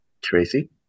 Tracy